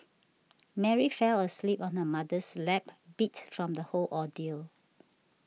Mary fell asleep on her mother's lap beat from the whole ordeal